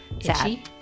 Itchy